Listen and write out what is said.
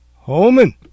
Holman